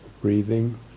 breathing